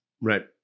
Right